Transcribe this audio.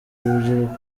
rubyiruko